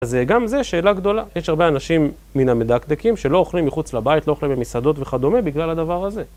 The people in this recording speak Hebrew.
אז גם זו שאלה גדולה, יש הרבה אנשים מן המדקדקים שלא אוכלים מחוץ לבית, לא אוכלים במסעדות וכדומה בגלל הדבר הזה.